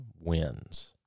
wins